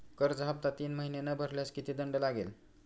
कर्ज हफ्ता तीन महिने न भरल्यास किती दंड लागेल?